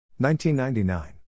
1999